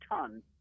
ton